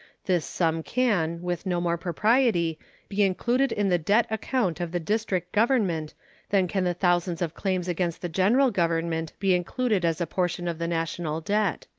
this sum can with no more propriety be included in the debt account of the district government than can the thousands of claims against the general government be included as a portion of the national debt.